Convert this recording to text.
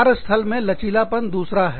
कार्य स्थल में लचीलापन दूसरा है